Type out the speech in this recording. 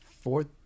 fourth